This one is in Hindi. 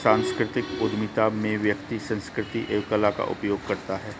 सांस्कृतिक उधमिता में व्यक्ति संस्कृति एवं कला का उपयोग करता है